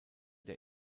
der